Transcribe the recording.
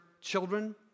children